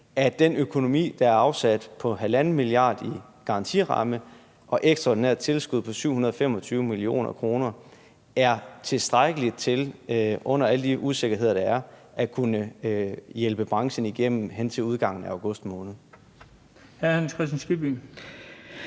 at den økonomi, der er afsat, på 1,5 mia. kr. i garantiramme og et ekstraordinært tilskud på 725 mio. kr., er tilstrækkelig til, under alle de usikkerheder, der er, at kunne hjælpe branchen igennem hen til udgangen af august